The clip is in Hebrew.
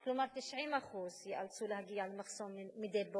כלומר 90% ייאלצו להגיע למחסום מדי בוקר,